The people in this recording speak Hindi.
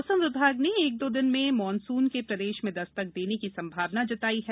मौसम विभाग ने एक दो दिन में मानसून के प्रदेश में दस्तक देने की संभावना जताई है